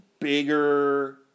Bigger